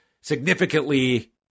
significantly